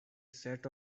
set